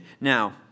Now